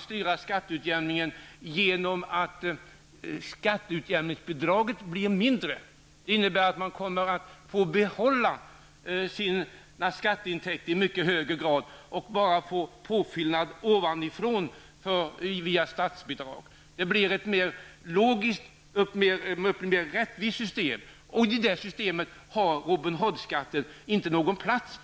styra skatteutjämningen i första hand genom att skatteutjämningsbidraget blir mindre. Detta innebär att skatteintäkterna får behållas i mycket högre grad. Det blir en påfyllnad ovanifrån endast genom statsbidrag. Det blir ett mer logiskt och rättvist system, och i det systemet har Robin Hood-skatten inte någon plats.